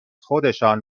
خودشان